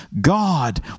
God